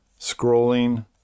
Scrolling